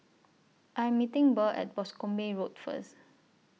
I Am meeting Burl At Boscombe Road First